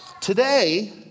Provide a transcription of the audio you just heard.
Today